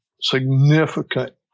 significant